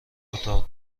اتاق